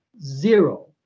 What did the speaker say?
Zero